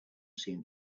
seemed